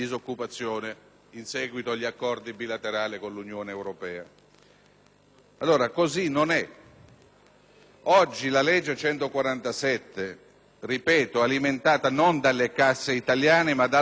europea. Così non è. Oggi la legge n. 147, alimentata - ripeto - non dalle casse italiane, ma dal lavoro e dalle trattenute sugli stipendi dei lavoratori frontalieri,